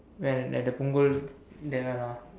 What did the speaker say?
where at the Punggol that one ah